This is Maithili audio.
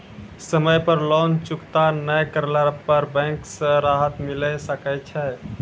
समय पर लोन चुकता नैय करला पर बैंक से राहत मिले सकय छै?